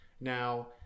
Now